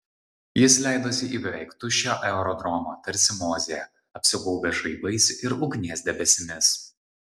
jis leidosi į beveik tuščią aerodromą tarsi mozė apsigaubęs žaibais ir ugnies debesimis